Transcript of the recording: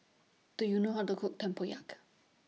Do YOU know How to Cook Tempoyak